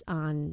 on